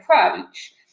approach